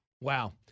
Wow